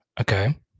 Okay